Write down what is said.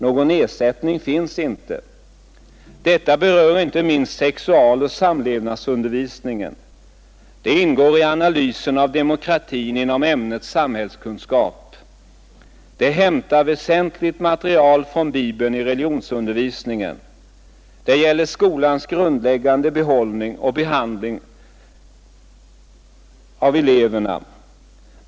Någon ersättning finns inte. Detta berör inte minst sexualoch samlevnadsundervisningen. Det ingår i analysen av demokratin inom ämnet samhällskunskap. Det hämtar väsentligt material från Bibeln i religionsundervisningen. Det gäller skolans grundläggande hållning och behandling av eleverna.